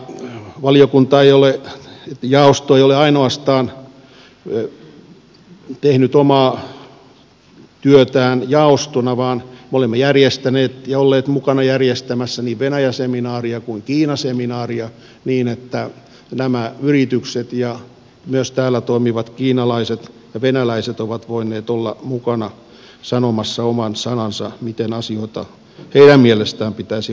jaosto ei ole ainoastaan tehnyt omaa työtään jaostona vaan me olemme järjestäneet ja olleet mukana järjestämässä niin venäjä seminaaria kuin kiina seminaaria niin että nämä yritykset ja myös täällä toimivat kiinalaiset ja venäläiset ovat voineet olla mukana sanomassa oman sanansa miten asioita heidän mielestään pitäisi hoitaa